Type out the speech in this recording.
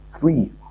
free